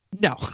No